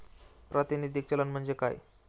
प्रातिनिधिक चलन म्हणजे काय?